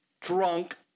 drunk